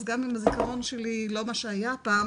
אז גם אם הזיכרון שלי לא מה שהיה פעם